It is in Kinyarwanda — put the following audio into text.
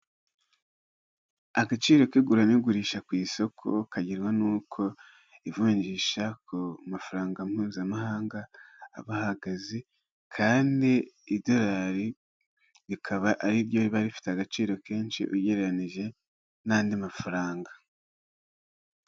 Agaciro k'igura n'igurisha ku isoko kagenwa n'uko ivunjisha ku mafaranga mpuzamahanga aba ahagaze, kandi idolari rikaba ari ryo riba bifite agaciro kenshi ugereranije n'andi mafaranga.